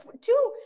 two